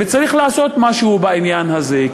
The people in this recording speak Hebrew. צריך לעשות משהו בעניין הזה.